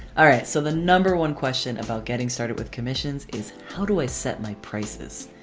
alright so the number one question about getting started with commissions is how do i set my prices?